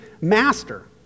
master